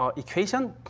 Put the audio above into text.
um equation.